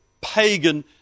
pagan